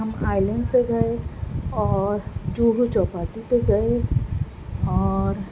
ہم island پر گئے اور جوہو چوپاٹی پہ گئے اور